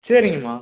சரிங்கம்மா